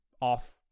off